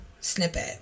snippet